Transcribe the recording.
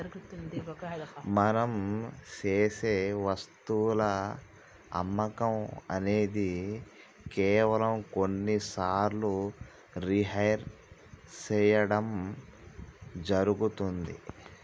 మనం సేసె వస్తువుల అమ్మకం అనేది కేవలం కొన్ని సార్లు రిహైర్ సేయడం జరుగుతుంది